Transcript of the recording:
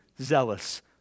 zealous